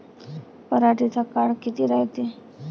पराटीचा काळ किती रायते?